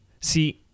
See